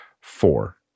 four